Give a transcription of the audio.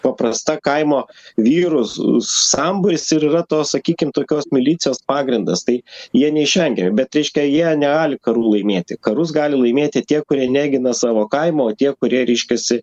paprasta kaimo vyrus sambūris ir yra tos sakykim tokios milicijos pagrindas tai jie neišvengia bet reiškia jie negali karų laimėti karus gali laimėti tie kurie negina savo kaimo o tie kurie reiškiasi